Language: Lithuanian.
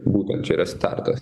būtent čia yra startas